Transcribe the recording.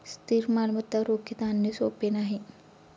स्थिर मालमत्ता रोखीत आणणे सोपे नाही